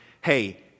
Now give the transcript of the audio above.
hey